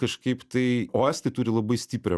kažkaip tai o estai turi labai stiprią mo